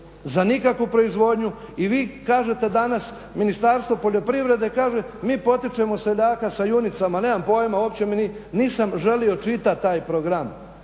za nikakvu proizvodnju. I vi kažete danas Ministarstvo poljoprivrede kaže mi potičemo seljaka sa junicama. Nemam pojma, uopće nisam želio čitati taj program.